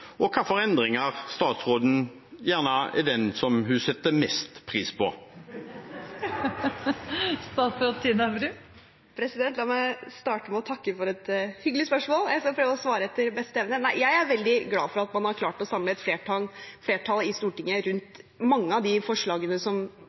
og hvilke endringer er det statsråden gjerne setter mest pris på? La meg starte med å takke for et hyggelig spørsmål. Jeg skal prøve å svare etter beste evne. Jeg er veldig glad for at man har klart å samle flertallet i Stortinget om mange av de forslagene som vi kom med i